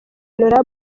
hon